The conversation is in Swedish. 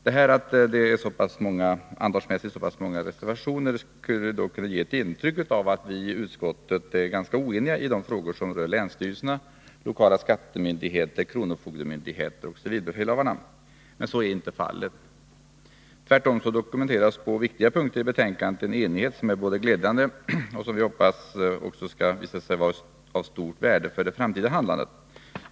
Att antalet reservationer är så pass stort skulle kunna ge ett intryck av att vi i utskottet är ganska oeniga i de frågor som rör länsstyrelserna, lokala skattemyndigheter, kronofogdemyndigheterna och civilbefälhavarna. Så är emellertid inte fallet. Tvärtom dokumenteras i två viktiga punkter i betänkandet en enighet som är glädjande och som jag hoppas skall visa sig vara av stort värde för framtida handlande.